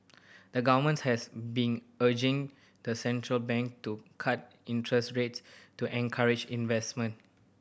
the government has been urging the central bank to cut interest rates to encourage investment